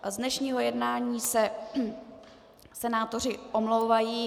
Z dnešního jednání se senátoři omlouvají.